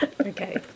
Okay